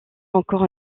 encore